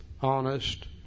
honest